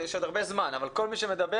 יש עוד הרבה זמן אבל כל מי שמדבר,